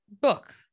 book